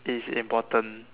is important